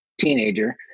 teenager